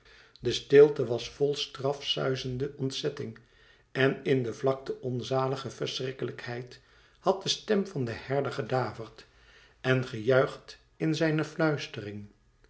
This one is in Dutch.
de stilte was vl straf suizende ontzetting en in der vlakte onzalige verschrikkelijkheid had de stem van den herder gedaverd en gejuicht in zijne fluistering